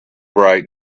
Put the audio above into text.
bright